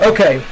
Okay